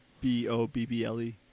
B-O-B-B-L-E